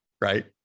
right